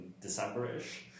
December-ish